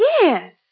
Yes